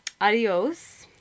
adios